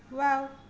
wow